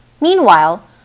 Meanwhile